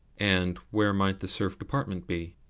and where might the serf department be?